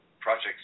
projects